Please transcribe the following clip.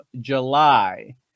july